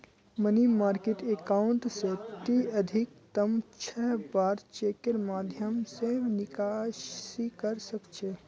money market account स ती अधिकतम छह बार चेकेर माध्यम स निकासी कर सख छ